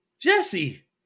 Jesse